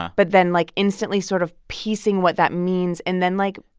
but then, like, instantly sort of piecing what that means and then, like,